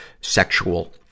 sexual